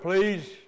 Please